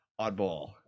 oddball